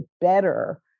better